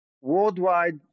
worldwide